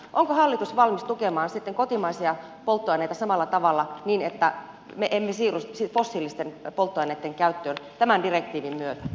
onko hallitus valmis tukemaan sitten kotimaisia polttoaineita samalla tavalla niin että me emme siirry fossiilisten polttoaineitten käyttöön tämän direktiivin myötä